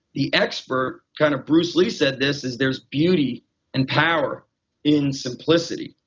the expert, kind of bruce lee said this, there's beauty and power in simplicity,